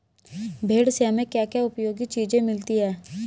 भेड़ से हमें क्या क्या उपयोगी चीजें मिलती हैं?